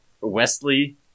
wesley